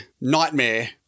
nightmare